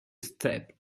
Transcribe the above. step